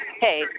hey